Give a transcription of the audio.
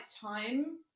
time